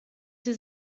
sie